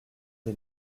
des